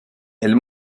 elle